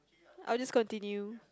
I will just continue